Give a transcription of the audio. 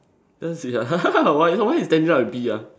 cause you are why you why you standing and pee ah